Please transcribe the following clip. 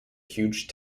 huge